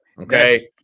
okay